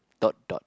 dot dot